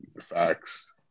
facts